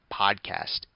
podcast